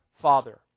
Father